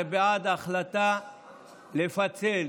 בעד החלטה לפצל,